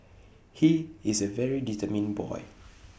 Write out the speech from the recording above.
he is A very determined boy